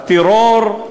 הטרור,